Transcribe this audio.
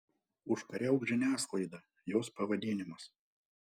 užkariauk žiniasklaidą jos pavadinimas